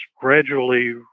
gradually